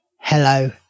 hello